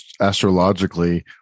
astrologically